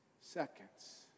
seconds